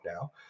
now